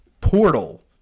portal